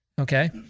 Okay